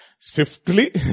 Swiftly